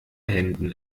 händen